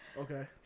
Okay